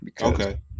Okay